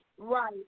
Right